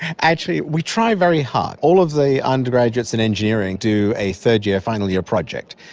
actually we try very hard. all of the undergraduates in engineering do a third-year final year project.